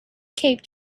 cape